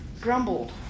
Grumbled